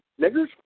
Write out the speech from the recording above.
Niggers